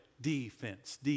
defense